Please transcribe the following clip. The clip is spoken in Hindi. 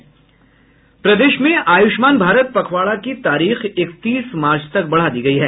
प्रदेश में आयुष्मान भारत पखवाडा की तारीख इकतीस मार्च तक बढा दी गई है